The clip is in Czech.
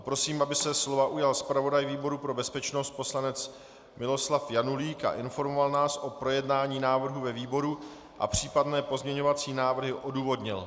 Prosím, aby se slova ujal zpravodaj výboru pro bezpečnost poslanec Miloslav Janulík a informoval nás o projednání návrhu ve výboru a případné pozměňovací návrhy odůvodnil.